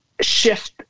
shift